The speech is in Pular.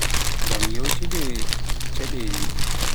ngam Yiytude caɗeele